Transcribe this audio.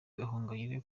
gahongayire